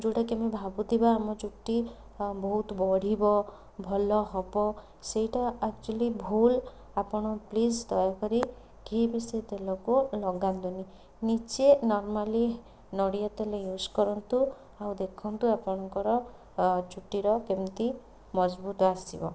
ଯେଉଁଟା କି ଆମେ ଭାବୁଥିବା ଆମ ଚୁଟି ବହୁତ ବଢ଼ିବ ଭଲ ହେବ ସେଇଟା ଆକଚୋଲି ଭୁଲ ଆପଣ ପ୍ଳିଜ ଦୟାକରି କିଏ ବି ସେ ତେଲକୁ ଲଗାନ୍ତୁନି ନିଜେ ନର୍ମାଲି ନଡ଼ିଆତେଲ ୟୁଜ୍ କରନ୍ତୁ ଆଉ ଦେଖନ୍ତୁ ଆପଣଙ୍କର ଚୁଟିର କେମିତି ମଜବୁତ ଆସିବ